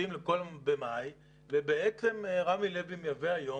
יוצאים במאי ובעצם רמי לוי מייבא היום,